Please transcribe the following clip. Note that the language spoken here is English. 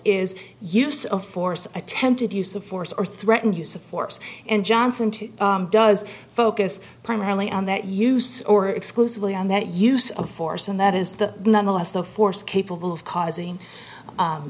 is use of force attempted use of force or threat and use of force and johnson to does focus primarily on that use or exclusively on that use of force and that is the nonetheless the force capable of causing